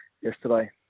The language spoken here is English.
yesterday